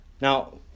Now